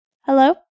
Hello